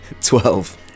Twelve